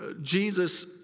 Jesus